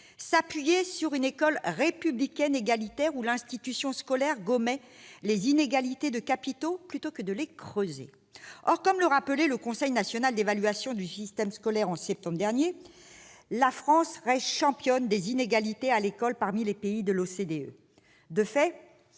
s'appuyer sur une école républicaine égalitaire, l'institution scolaire devant gommer les inégalités de capitaux au lieu de les creuser. Or, comme le rappelait le Conseil national d'évaluation du système scolaire en septembre dernier, la France reste la championne des inégalités à l'école parmi les pays de l'OCDE.